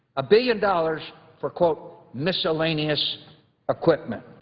a billion dollars for quote miscellaneous equipment.